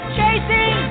chasing